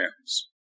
hands